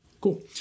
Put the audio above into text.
Cool